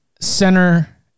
center